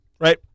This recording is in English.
right